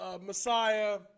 Messiah